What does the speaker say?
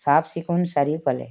চাফ চিকুণ চাৰিওফালে